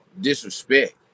disrespect